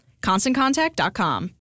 ConstantContact.com